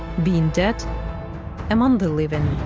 being dead among the living.